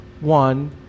one